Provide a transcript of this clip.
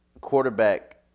quarterback